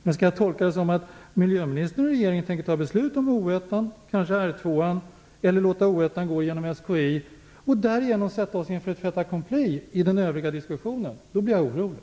Men skall jag tolka det så att miljöministern och regeringen tänker fatta beslut om Oskarshamn 1 och kanske Ringhals 2 eller låta Oskarshamn gå genom SKI och därigenom ställa oss inför ett fait accompli i den övriga diskussionen, då blir jag orolig.